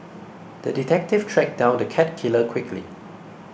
the detective tracked down the cat killer quickly